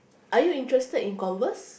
are you interested in Converse